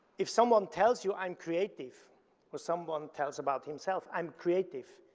if someone tells you i am creative or someone tells about himself i am creative,